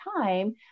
time